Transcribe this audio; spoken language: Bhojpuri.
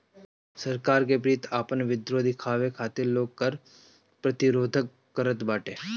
सरकार के प्रति आपन विद्रोह दिखावे खातिर लोग कर प्रतिरोध करत बाटे